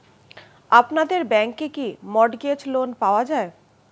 আপনাদের ব্যাংকে কি মর্টগেজ লোন পাওয়া যায়?